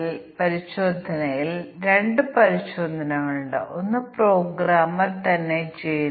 ഒരു ത്രികോണത്തിന്റെ മൂന്ന് വശങ്ങൾ വായിക്കുന്ന ഒരു പ്രോഗ്രാം ഞങ്ങൾ എഴുതി എന്ന് പറയാം